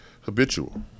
habitual